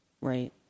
Right